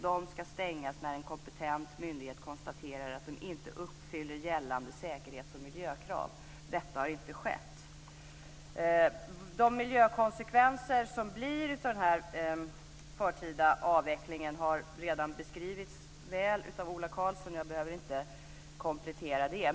De ska stängas när en kompetent myndighet konstaterar att de inte uppfyller gällande säkerhets och miljökrav. Detta har inte skett. De miljökonsekvenser som blir av den förtida avvecklingen har redan beskrivits väl av Ola Karlsson. Jag behöver inte komplettera det.